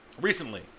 Recently